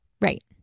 Right